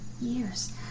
years